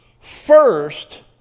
first